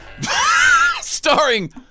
Starring